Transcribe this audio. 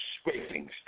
scrapings